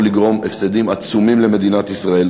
לגרום הפסדים עצומים למדינת ישראל.